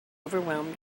overwhelmed